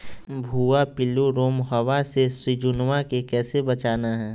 भुवा पिल्लु, रोमहवा से सिजुवन के कैसे बचाना है?